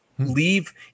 Leave